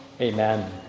Amen